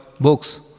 books